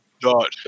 dot